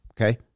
okay